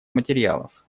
материалов